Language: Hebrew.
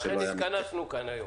לכן התכנסנו כאן היום.